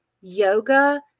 yoga